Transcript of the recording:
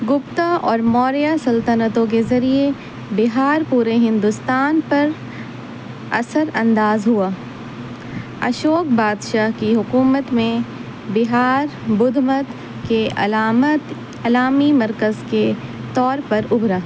گپتہ اور موریہ سلطنتوں کے ذریعے بہار پورے ہندوستان پر اثر انداز ہوا اشوک بادشاہ کی حکومت میں بہار بدھ مت کے علامت علامی مرکز کے طور پر ابھرا